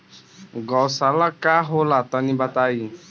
गौवशाला का होला तनी बताई?